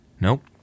Nope